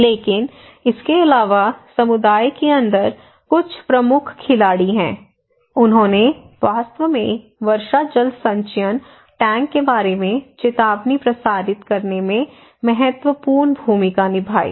लेकिन इसके अलावा समुदाय के अंदर कुछ प्रमुख खिलाड़ी हैं उन्होंने वास्तव में वर्षा जल संचयन टैंक के बारे में चेतावनी प्रसारित करने में महत्वपूर्ण भूमिका निभाई